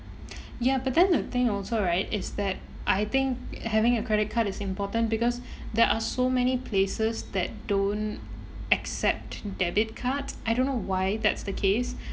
ya but then the thing also right is that I think having a credit card is important because there are so many places that don't accept debit cards I don't know why that's the case